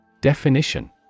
Definition